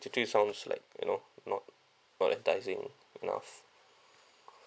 three sounds like you know not appetizing enough